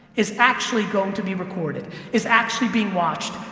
is actually going to be recorded, is actually being watched,